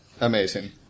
Amazing